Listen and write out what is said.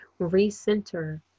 recenter